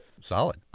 solid